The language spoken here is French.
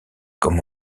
comme